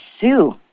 sue